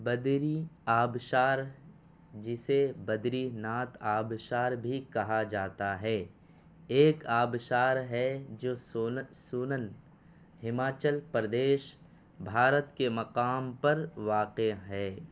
بدری آبشار جسے بدری ناتھ آبشار بھی کہا جاتا ہے ایک آبشار ہے جو سولن ہماچل پردیش بھارت کے مقام پر واقع ہے